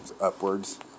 upwards